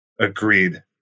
Agreed